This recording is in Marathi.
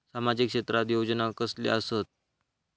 सामाजिक क्षेत्रात योजना कसले असतत?